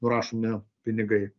nurašomi pinigai